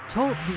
Talk